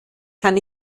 kann